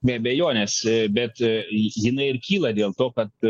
be abejonės bet jinai ir kyla dėl to kad